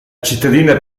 cittadina